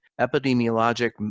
epidemiologic